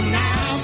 now